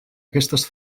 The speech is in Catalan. aquestes